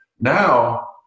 Now